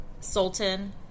sultan